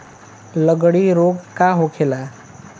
लगड़ी रोग का होखेला?